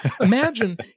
Imagine